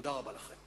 תודה רבה לכם.